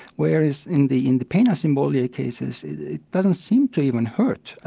whereas in the in the pain asymbolia cases it doesn't seem to even hurt.